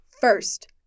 first